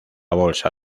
bolsa